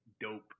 dope